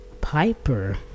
piper